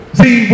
see